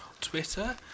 Twitter